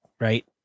right